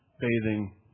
bathing